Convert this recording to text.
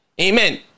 amen